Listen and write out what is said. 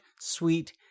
sweet